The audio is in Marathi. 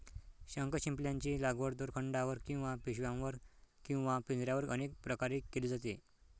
शंखशिंपल्यांची लागवड दोरखंडावर किंवा पिशव्यांवर किंवा पिंजऱ्यांवर अनेक प्रकारे केली जाते